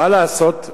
מה לעשות,